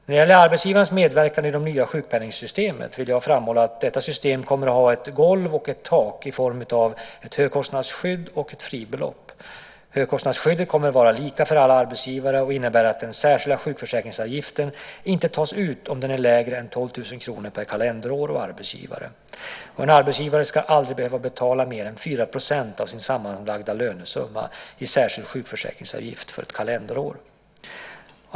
När det gäller arbetsgivarens medverkan i det nya sjukpenningssystemet vill jag framhålla att detta system kommer att ha ett golv och ett tak i form av ett högkostnadsskydd och ett fribelopp. Högkostnadsskyddet kommer att vara lika för alla arbetsgivare och innebära att den särskilda sjukförsäkringsavgiften inte tas ut om den är lägre än 12 000 kr per kalenderår och arbetsgivare. En arbetsgivare ska aldrig behöva betala mer än 4 % av sin sammanlagda lönesumma i särskild sjukförsäkringsavgift för ett kalenderår.